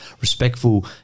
respectful